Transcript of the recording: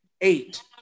eight